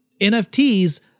NFTs